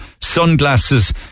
sunglasses